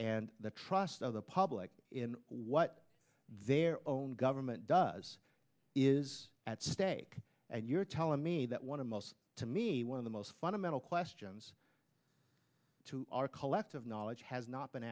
and the trust of the public in what their own government does is at stake and you're telling me that one of the most to me one of the most fundamental questions to our collective knowledge has not been